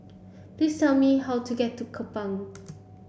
please tell me how to get to Kupang